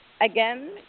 Again